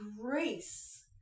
grace